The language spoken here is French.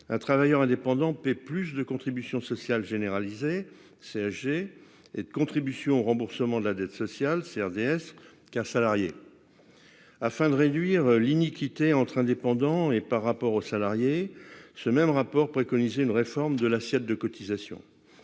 un travailleur indépendant paie plus de contribution sociale généralisée (CSG) et de contribution au remboursement de la dette sociale (CRDS) qu'un salarié. Afin de réduire l'iniquité entre indépendants et par rapport aux salariés, ce même rapport a préconisé une réforme de l'assiette de cotisations.